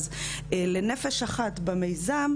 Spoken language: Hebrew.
אז לנפש אחת במיזם,